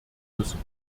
müssen